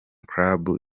club